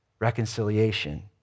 reconciliation